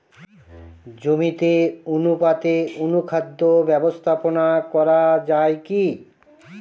জমিতে অনুপাতে অনুখাদ্য ব্যবস্থাপনা করা য়ায় কি?